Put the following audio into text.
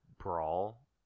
Brawl